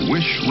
Wish